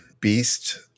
Beast